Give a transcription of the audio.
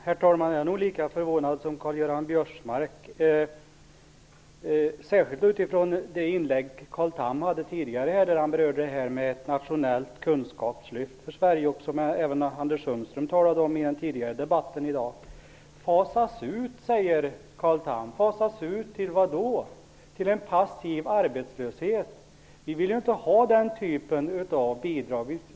Herr talman! Jag är nog lika förvånad som Karl Göran Biörsmark, särskilt med tanke på Carl Thams tidigare inlägg där han berörde detta med ett nationellt kunskapslyft för Sverige. Det talade även Anders Sundström om i den tidigare debatten idag. "Fasas ut" säger Carl Tham. Fasas ut till vad då? Till en passiv arbetslöshet? Vi vill ju inte ha den typen av bidrag!